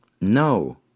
no